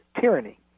tyranny